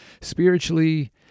spiritually